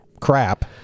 crap